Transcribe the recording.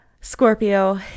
Scorpio